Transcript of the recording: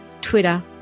Twitter